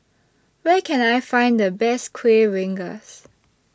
Where Can I Find The Best Kueh Rengas